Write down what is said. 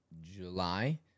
July